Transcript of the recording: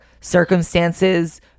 circumstances